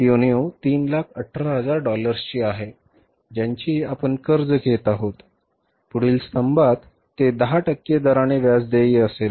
ती उणीव 318000 डॉलर्सची आहे ज्यांची आपण कर्ज घेत आहोत पुढील स्तंभात ते 10 टक्के दराने व्याज देय असेल